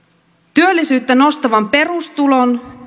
työllisyyttä nostavan perustulon